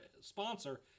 sponsor